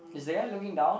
is there looking down